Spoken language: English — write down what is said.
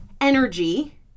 energy